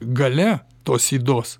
galia tos ydos